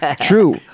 True